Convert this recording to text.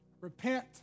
repent